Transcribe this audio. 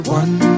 one